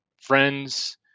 friends